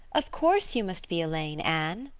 of course you must be elaine, anne,